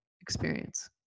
experience